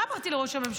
מה אמרתי לראש הממשלה?